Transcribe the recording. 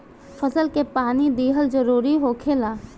फसल के पानी दिहल जरुरी होखेला